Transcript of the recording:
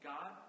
God